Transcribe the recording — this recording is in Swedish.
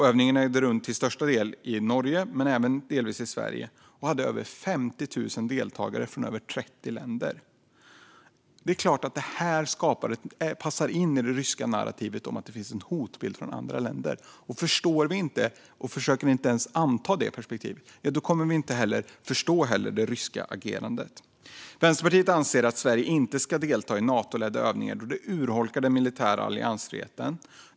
Övningen ägde till största delen rum i Norge men även delvis i Sverige och hade över 50 000 deltagare från mer än 30 länder. Det är klart att detta passar in i det ryska narrativet att det finns en hotbild från andra länder. Om vi inte förstår det och inte ens försöker anta det perspektivet kommer vi inte heller att förstå det ryska agerandet. Vänsterpartiet anser att Sverige inte ska delta i Natoledda övningar, då det urholkar den militära alliansfriheten.